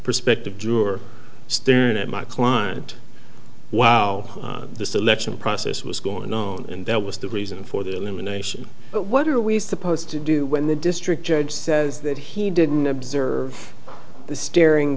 perspective drawer staring at my client wow the selection process was going on and that was the reason for the elimination but what are we supposed to do when the district judge says that he didn't observe the staring